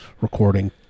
recording